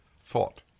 thought